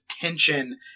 tension